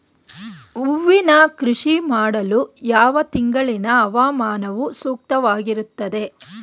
ಹೂವಿನ ಕೃಷಿ ಮಾಡಲು ಯಾವ ತಿಂಗಳಿನ ಹವಾಮಾನವು ಸೂಕ್ತವಾಗಿರುತ್ತದೆ?